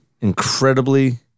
Incredibly